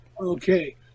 Okay